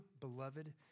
beloved